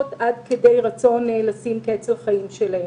עד כדי רצון לשים קץ לחיים שלהם.